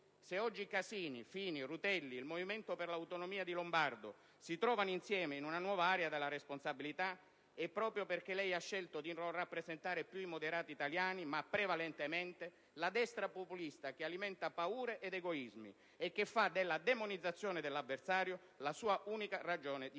Se oggi Casini, Fini, Rutelli, il Movimento per le Autonomie di Lombardo si trovano insieme in una nuova area della responsabilità è proprio perché lei ha scelto di non rappresentare più i moderati italiani, ma prevalentemente la destra populista che alimenta paure ed egoismi e che fa della demonizzazione dell'avversario la sua unica ragione di